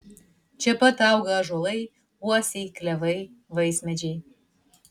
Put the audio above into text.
čia pat auga ąžuolai uosiai klevai vaismedžiai